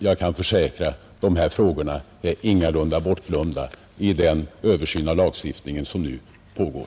Jag kan försäkra att dessa frågor ingalunda är bortglömda i den översyn av lagstiftningen som nu pågår.